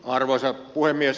arvoisa puhemies